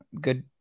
good